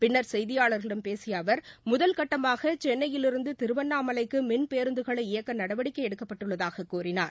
பின்னா் செய்தியாள்களிடம் பேசிய அவா் முதல்கட்டமாக சென்னையிலிருந்து திருவண்ணாமலைக்கு மின் பேருந்துகளை இயக்க நடவடிக்கை எடுக்கப்பட்டுள்ளதாகக் கூறினார்